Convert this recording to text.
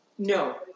No